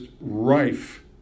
rife